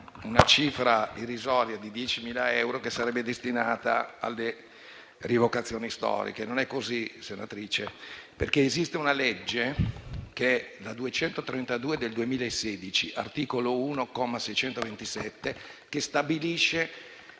una cifra irrisoria di 10.000 euro che sarebbe destinata alle rievocazioni storiche. Non è così, senatrice Aloisio, perché esiste la legge n. 232 del 2016, articolo 1, comma 627, che stabilisce